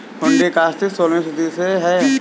हुंडी का अस्तित्व सोलहवीं शताब्दी से है